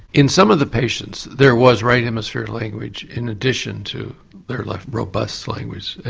in some of the patients there was right hemisphere language in addition to their left, robust language,